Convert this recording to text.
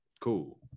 cool